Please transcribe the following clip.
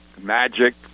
magic